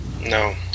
no